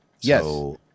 yes